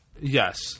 Yes